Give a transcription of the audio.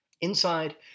Inside